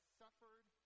suffered